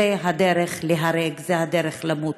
זו הדרך להיהרג, זו הדרך למות.